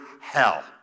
Hell